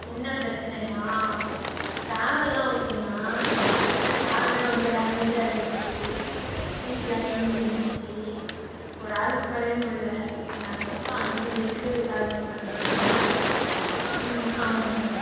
என்ன பிரச்சனைனா டிராவல்லாம் ஓகேண்ணா ஆனால் கார் தான் ரொம்ப டேமேஜாக இருந்துச்சு சீட்லாம் கிழிந்து இருந்துச்சு ஒரு ஆள் உட்காரவே முடியல நாங்கள் மொத்தம் அஞ்சு பேருக்கு கார் புக் பண்ணியிருந்தேன் ம் ஆமாண்ணா